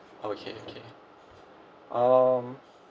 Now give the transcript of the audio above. okay okay um